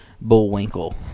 Bullwinkle